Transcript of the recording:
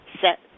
Set